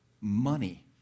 money